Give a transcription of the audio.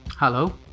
Hello